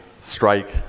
strike